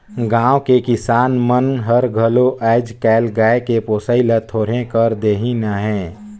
गाँव के किसान मन हर घलो आयज कायल गाय के पोसई ल थोरहें कर देहिनहे